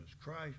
Christ